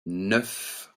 neuf